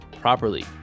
properly